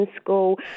school